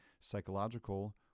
psychological